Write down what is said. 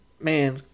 man